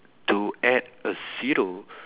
to add a zero